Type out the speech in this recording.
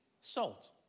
salt